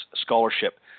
Scholarship